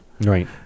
Right